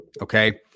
okay